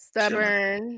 Stubborn